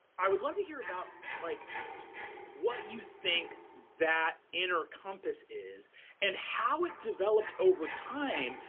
i would love to hear about like what you think that inner compass is and how it developed over time,